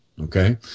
Okay